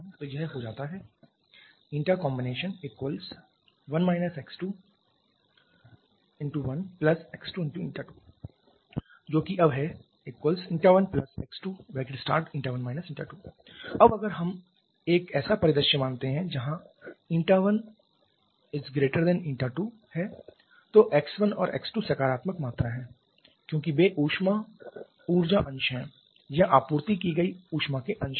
तो यह हो जाता है Comb1 x21x22 जो कि अब है 1x21 2 अब अगर हम एक ऐसा परिदृश्य मानते हैं जहां η1 η2 है तो x1 और x2 सकारात्मक मात्रा है क्योंकि वे ऊष्मा ऊर्जा अंश हैं या आपूर्ति की गई ऊष्मा के अंश हैं